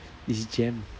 it's jam